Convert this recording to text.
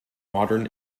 modern